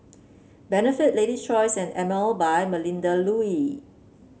Benefit Lady's Choice and Emel by Melinda Looi